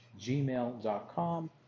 gmail.com